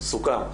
סוכם.